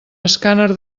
escàner